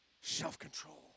Self-control